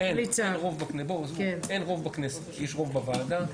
יש רוב בוועדה,